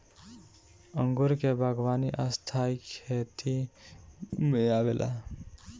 अंगूर के बागवानी स्थाई खेती में आवेला